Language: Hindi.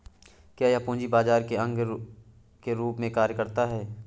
क्या यह पूंजी बाजार के अंग के रूप में कार्य करता है?